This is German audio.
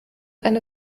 eine